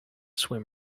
swim